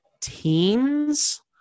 teens